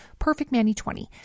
perfectmanny20